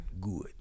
good